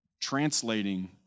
translating